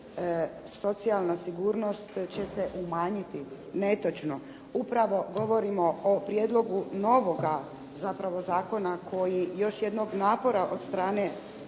socijalna sigurnost će se umanjiti." Netočno. Upravo govorimo o prijedlogu novoga zapravo zakona koji još jednog napora od strane